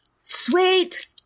Sweet